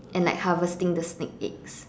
and like harvesting the snake eggs